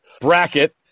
bracket